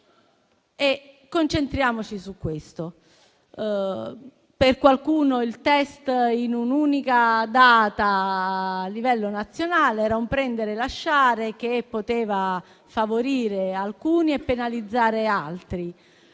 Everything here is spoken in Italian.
e concentriamoci su questo. Per qualcuno il *test* in un'unica data a livello nazionale era un prendere o lasciare che poteva favorire alcuni e penalizzare altri.